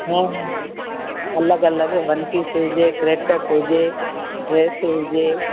हा अलॻि अलॻि वन पीस हुजे क्रेप टॉप हुजे ड्रेस हुजे